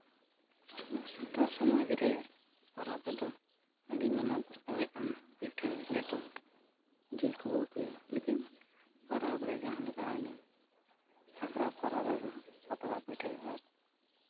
ᱟᱵᱚ ᱥᱟᱱᱛᱟᱲ ᱥᱚᱢᱟᱡᱽ ᱨᱮ ᱯᱚᱨᱚᱵᱽ ᱨᱮᱫᱚ ᱟᱹᱰᱤ ᱱᱟᱱᱟ ᱯᱨᱚᱠᱟᱨ ᱞᱮᱠᱟᱱ ᱯᱤᱴᱷᱟᱹ ᱞᱮᱴᱚ ᱡᱤᱞ ᱠᱚᱵᱚᱱ ᱩᱛᱩᱭᱟ ᱞᱮᱠᱤᱱ ᱯᱚᱨᱚᱵᱽ ᱨᱮ ᱡᱟᱦᱟᱸ ᱞᱮᱠᱟ ᱦᱩᱭᱱᱟ ᱥᱟᱠᱨᱟᱛ ᱯᱚᱨᱚᱵᱽ ᱨᱮᱫᱚ ᱯᱟᱛᱲᱟ ᱯᱤᱴᱷᱟᱹ ᱟᱨ